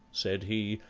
said he,